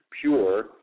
pure